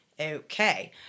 Okay